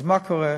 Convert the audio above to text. אז מה קורה?